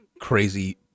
crazy